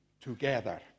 together